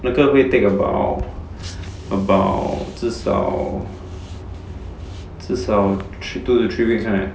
那个 will take about about 至少至少 two to three weeks [one] right